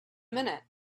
minute